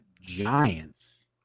Giants